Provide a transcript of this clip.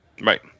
Right